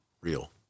real